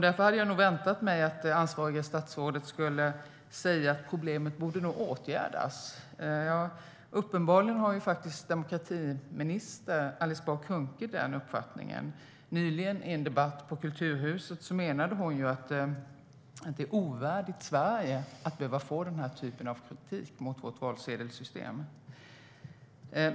Därför hade jag väntat mig att det ansvariga statsrådet skulle säga att problemet nog borde åtgärdas. Uppenbarligen har demokratiminister Alice Bah Kuhnke den uppfattningen. I en debatt på Kulturhuset nyligen menade hon att det är ovärdigt Sverige att den här typen av kritik mot vårt valsedelssystem behövs.